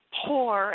poor